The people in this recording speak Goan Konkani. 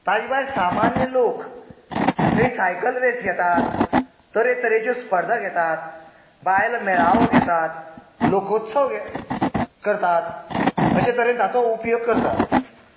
ताजे भायर सामान्य लोक थंय सायकल रेस घेतात तरेतरेच्यो स्पर्धा घेतात बायलो मेळावो घेतात लोकोत्सव करतात अशें तरेन ताचो उपयोग करतात